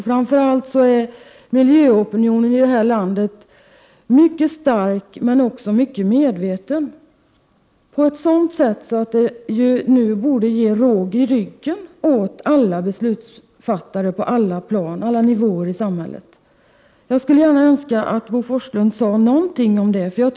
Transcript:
Framför allt är miljöopinionen i landet mycket stark och mycket medveten på ett sådant sätt att det borde ge råg i ryggen åt alla beslutsfattare på alla nivåer i samhället. Jag skulle önska att Bo Forslund sade någonting om det.